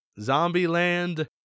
Zombieland